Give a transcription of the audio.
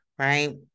right